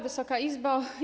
Wysoka Izbo!